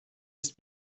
ist